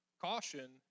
Caution